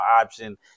option